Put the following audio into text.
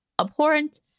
abhorrent